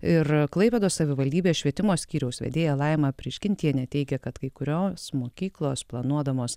ir klaipėdos savivaldybės švietimo skyriaus vedėja laima prižgintienė teigia kad kai kurios mokyklos planuodamos